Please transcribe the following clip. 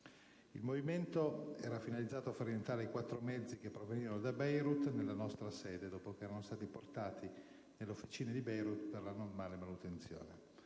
Il movimento era finalizzato a far rientrare i quattro mezzi, provenienti da Beirut, nella nostra sede, dopo che erano stati portati nelle autofficine di Beirut per la normale manutenzione.